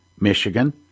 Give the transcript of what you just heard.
Michigan